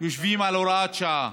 יושבים על הוראת שעה.